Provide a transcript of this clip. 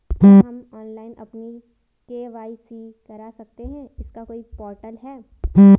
क्या हम ऑनलाइन अपनी के.वाई.सी करा सकते हैं इसका कोई पोर्टल है?